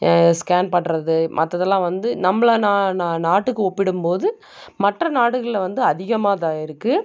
scan பண்ணுறது மற்றதெல்லாம் வந்து நம்மள நா நா நாட்டுக்கு ஒப்பிடும் போது மற்ற நாடுகளில் வந்து அதிகமாகதான் இருக்குது